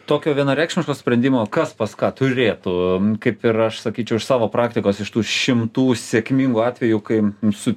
tokio vienareikšmiško sprendimo kas pas ką turėtų kaip ir aš sakyčiau iš savo praktikos iš tų šimtų sėkmingų atvejų kai su